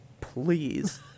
please